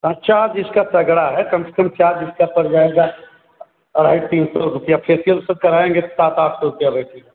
हाँ चार दिन का तगड़ा है कम से कम चार दिन का पड़ जायेगा अढ़ाई तीन सौ रुपया फेसियाल सब करायेंगे सात आठ सौ रुपया बैठी